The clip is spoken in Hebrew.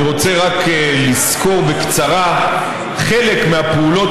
אני רוצה רק לסקור בקצרה חלק מהפעולות